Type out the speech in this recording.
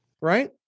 right